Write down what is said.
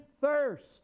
thirst